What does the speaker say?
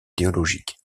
théologiques